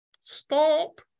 stop